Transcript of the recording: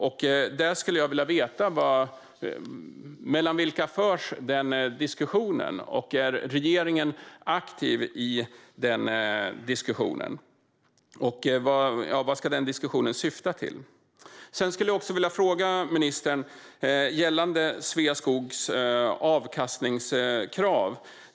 Jag skulle vilja veta mellan vilka denna diskussion förs, om regeringen är aktiv i den diskussionen och vad den diskussionen ska syfta till. Jag skulle också vilja fråga ministern om Sveaskogs avkastningskrav.